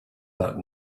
that